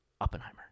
Oppenheimer